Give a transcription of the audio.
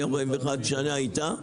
אני 41 שנים איתה,